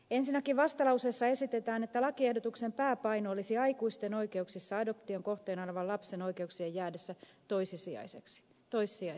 ensinnäkin vastalauseessa esitetään että lakiehdotuksen pääpaino olisi aikuisten oikeuksissa adoption kohteena olevan lapsen oikeuksien jäädessä toissijaiseksi